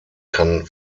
kann